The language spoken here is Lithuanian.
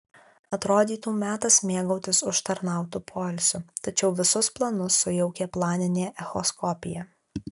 atrodytų metas mėgautis užtarnautu poilsiu tačiau visus planus sujaukė planinė echoskopija